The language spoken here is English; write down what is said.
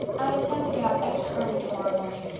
i intend to get up extra early tomorrow morning,